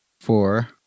four